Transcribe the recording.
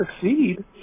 succeed